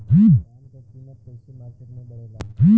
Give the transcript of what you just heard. धान क कीमत कईसे मार्केट में बड़ेला?